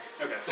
Okay